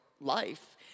life